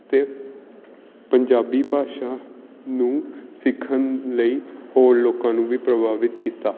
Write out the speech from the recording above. ਅਤੇ ਪੰਜਾਬੀ ਭਾਸ਼ਾ ਨੂੰ ਸਿੱਖਣ ਲਈ ਹੋਰ ਲੋਕਾਂ ਨੂੰ ਵੀ ਪ੍ਰਭਾਵਿਤ ਕੀਤਾ